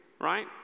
right